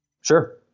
Sure